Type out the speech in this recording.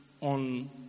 on